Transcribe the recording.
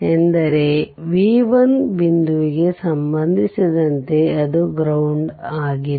ಎಂದರೆ v 1 ಬಿಂದುವಿಗೆ ಸಂಬಂಧಿಸಿದಂತೆ ಅದು ಗ್ರೌಂಡ್ ಆಗಿದೆ